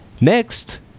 Next